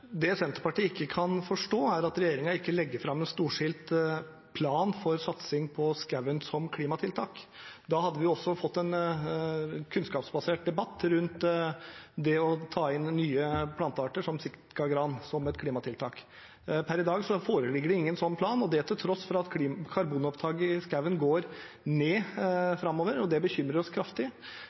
Det Senterpartiet ikke kan forstå, er at regjeringen ikke legger fram en storstilt plan for satsing på skogen som klimatiltak. Da hadde vi også fått en kunnskapsbasert debatt rundt det å ta inn nye plantearter som sitkagran som et klimatiltak. Per i dag foreligger det ingen sånn plan, og det til tross for at karbonopptaket i skogen går ned framover. Det bekymrer oss kraftig.